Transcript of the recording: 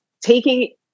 taking